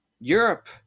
Europe